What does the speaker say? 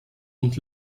und